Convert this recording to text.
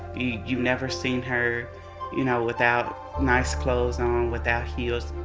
you never seen her you know without nice clothes on, without heels.